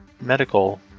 medical